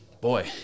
boy